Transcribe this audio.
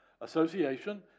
Association